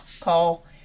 Call